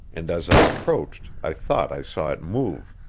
and as i approached i thought i saw it move.